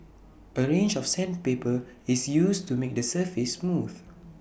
A range of sandpaper is used to make the surface smooth